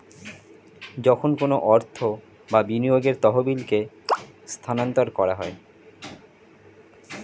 যখন কোনো অর্থ বা বিনিয়োগের তহবিলকে স্থানান্তর করা হয়